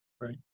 right